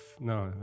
no